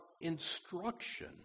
instruction